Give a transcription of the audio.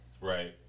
Right